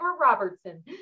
Robertson